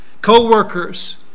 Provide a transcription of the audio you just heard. Co-workers